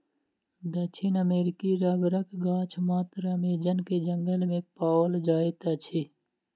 दक्षिण अमेरिकी रबड़क गाछ मात्र अमेज़न के जंगल में पाओल जाइत अछि